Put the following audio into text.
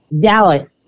Dallas